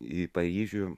į paryžių